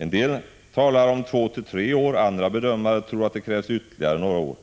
En del talar om två tre år, andra bedömare tror att det krävs ytterligare några år.